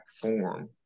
form